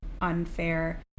unfair